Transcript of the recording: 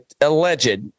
alleged